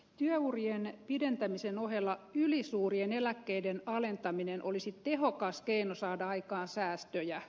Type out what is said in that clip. työurien pidentämisen ohella ylisuurien eläkkeiden alentaminen olisi tehokas keino saada aikaan säästöjä